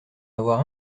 avoir